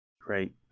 Great